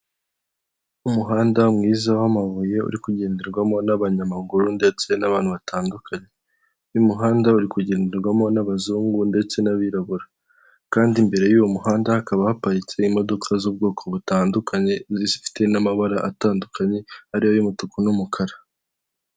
Umuhanda mwiza w'amabuye uri kugenderwamo n'abanyamaguru ndetse n'abantu batandukanye, uyu muhanda uri kugenderwamo n'abazungu ndetse n'abirabura, kandi imbere y'uwo muhanda hakaba haparitse imodoka z'ubwoko butandukanye zifite n'amabara atandukanye ariyo y'umutuku n'umukara.